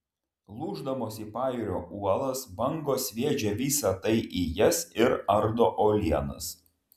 lūždamos į pajūrio uolas bangos sviedžia visa tai į jas ir ardo uolienas